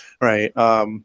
right